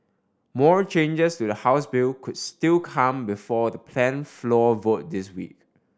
more changes to the House bill could still come before the planned floor vote this week